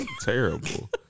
terrible